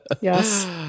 Yes